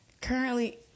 Currently